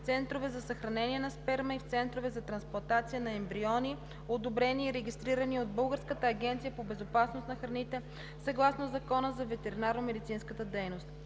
центрове за съхранение на сперма и в центрове за трансплантация на ембриони, одобрени и регистрирани от Българската агенция по безопасност на храните съгласно Закона за ветеринарномедицинската дейност.